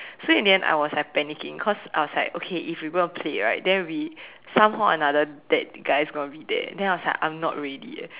so in the end I was like panicking cause I was like okay if we gonna play right then we somehow another that guy's gonna be there then I was like I'm not ready eh